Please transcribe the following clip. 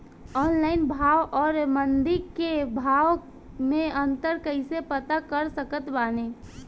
Online भाव आउर मंडी के भाव मे अंतर कैसे पता कर सकत बानी?